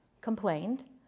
complained